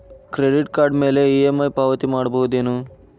Credit card ಮ್ಯಾಲೆ EMI ಪಾವತಿ ಮಾಡ್ಬಹುದೇನು?